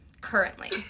currently